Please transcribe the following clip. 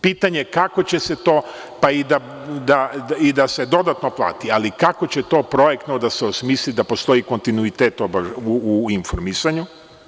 Pitanje – kako će se to, pa i da se dodatno plati ali kako će to projektno da se osmisli da postoji kontinuitet u informisanju?